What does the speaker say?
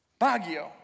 Baguio